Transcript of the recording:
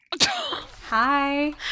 hi